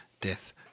death